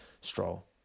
Stroll